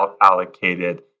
allocated